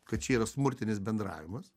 kad čia yra smurtinis bendravimas